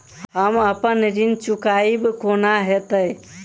हम अप्पन ऋण चुकाइब कोना हैतय?